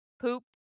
poop